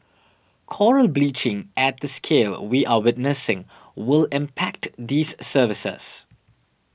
coral bleaching at the scale we are witnessing will impact these services